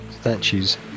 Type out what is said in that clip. statues